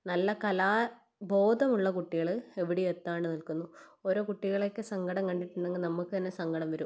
നല്ല കലാബോധമുള്ള കുട്ടികൾ എവിടേം എത്താണ്ട് നിൽക്കുന്നു ഓരോ കുട്ടികളേക്കെ സങ്കടം കണ്ടിട്ടുണ്ടെങ്കിൽ തന്നെ നമുക്ക് സങ്കടം വരും